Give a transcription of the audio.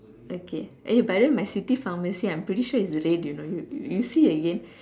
okay eh but then my city pharmacy I'm pretty sure it's red you know you you see again